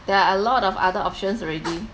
there are a lot of other options already